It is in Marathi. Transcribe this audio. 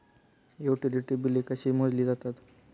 युटिलिटी बिले कशी मोजली जातात?